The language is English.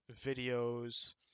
videos